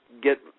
get